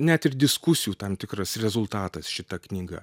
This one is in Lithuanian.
net ir diskusijų tam tikras rezultatas šita knyga